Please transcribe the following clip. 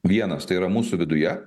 vienas tai yra mūsų viduje